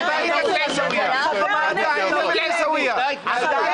אולי ההתנהגות בעיסאוויה עוברת לבלפור.